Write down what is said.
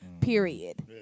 period